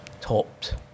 topped